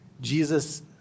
Jesus